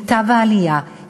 העלייה והקליטה,